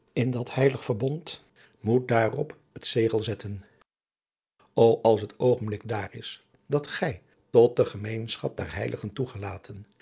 in dat heilig verbond moet daarop het zegel zetten ô als het oogenblik daar is dat gij tot de gemeenschap der heiligen toegelaten